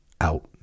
out